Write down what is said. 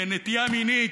לנטייה מינית,